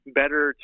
better